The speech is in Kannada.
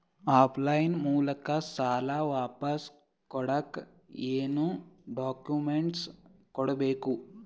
ಆಫ್ ಲೈನ್ ಮೂಲಕ ಸಾಲ ವಾಪಸ್ ಕೊಡಕ್ ಏನು ಡಾಕ್ಯೂಮೆಂಟ್ಸ್ ಕೊಡಬೇಕು?